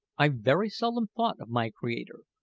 i very seldom thought of my creator,